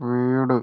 വീട്